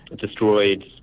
destroyed